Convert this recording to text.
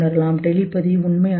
telepathy உண்மையானதா